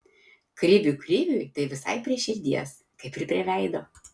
krivių kriviui tai visai prie širdies kaip ir prie veido